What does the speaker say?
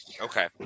Okay